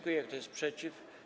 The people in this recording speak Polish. Kto jest przeciw?